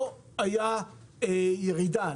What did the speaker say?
לא הייתה ירידה,